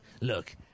Look